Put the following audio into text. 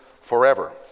forever